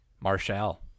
Marshall